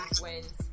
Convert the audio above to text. wins